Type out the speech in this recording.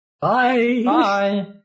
Bye